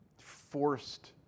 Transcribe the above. forced